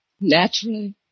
Naturally